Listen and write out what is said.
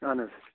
اَہَن حظ